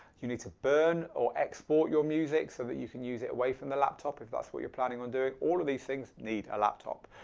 you need to burn or export music so that you can use it away from the laptop if that's what you're planning on doing. all of these things need a laptop.